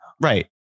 Right